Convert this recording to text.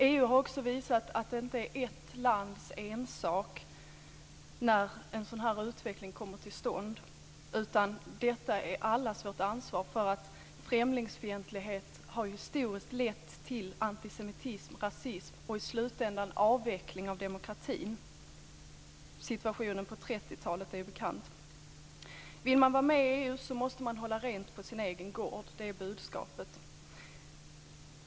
EU har också visat att det inte är ett lands ensak när en sådan här utveckling kommer till stånd, utan detta är allas vårt ansvar. Främlingsfientlighet har ju historiskt lett till antisemitism, rasism och i slutändan avveckling av demokratin. Situationen på 30-talet är ju bekant. Vill man vara med i EU måste man hålla rent på sin egen gård, det är budskapet.